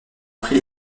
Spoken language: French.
prix